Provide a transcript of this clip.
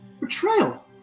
Betrayal